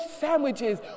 sandwiches